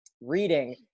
reading